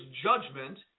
judgment